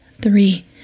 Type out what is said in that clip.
three